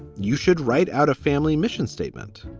you should write out a family mission statement